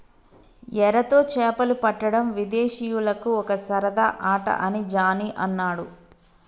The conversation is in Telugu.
ఎరతో చేపలు పట్టడం విదేశీయులకు ఒక సరదా ఆట అని జానీ అన్నాడు